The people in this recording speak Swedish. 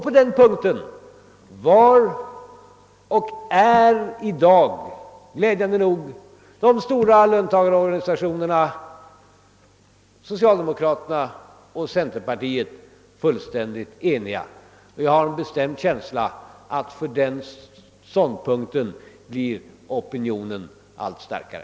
På den punkten var och är glädjande nog de stora löntagarorganisationerna liksom socialdemokratin och centerpartiet fullständigt eniga. Och jag har en bestämd känsla av att opinionen för den ståndpunkten blir allt starkare.